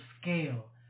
scale